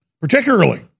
particularly